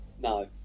No